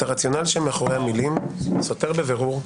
הרציונל שמאחורי המילים "סותר בבירור,